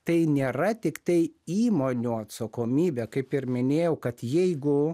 tai nėra tiktai įmonių atsakomybė kaip ir minėjau kad jeigu